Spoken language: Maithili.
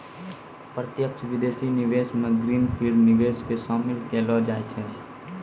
प्रत्यक्ष विदेशी निवेश मे ग्रीन फील्ड निवेश के शामिल केलौ जाय छै